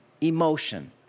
emotion